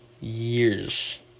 years